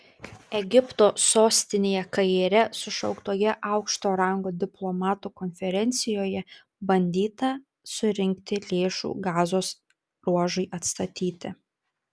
egipto sostinėje kaire sušauktoje aukšto rango diplomatų konferencijoje bandyta surinkti lėšų gazos ruožui atstatyti